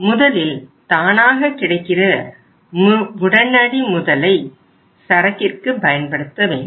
முதலில் தானாக கிடைக்கிற உடனடி முதலை சரக்கிற்கு பயன்படுத்த வேண்டும்